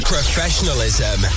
Professionalism